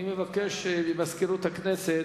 אני מבקש ממזכירות הכנסת,